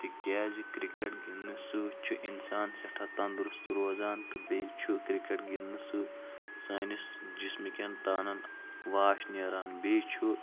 تِکیٛازِ کرکٹ گِنٛدنہٕ سۭتۍ چھُ انسان سٮ۪ٹھاہ تندروست روزان تہٕ بیٚیہِ چھُ کرکٹ گِنٛدنہٕ سۭتۍ سٲنِس جسمٕکٮ۪ن تانن واش نیران بیٚیہِ چھُ